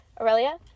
Aurelia